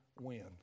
win